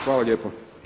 Hvala lijepo.